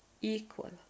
equal